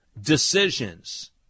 decisions